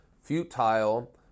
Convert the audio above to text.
futile